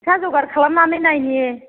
फैसा जगार खालामनानै नायनि